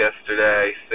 yesterday